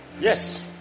yes